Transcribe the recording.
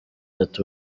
ati